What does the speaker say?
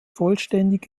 vollständig